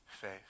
faith